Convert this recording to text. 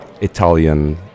Italian